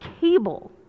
cable